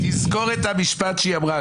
תזכור את המשפט שהיא אמרה.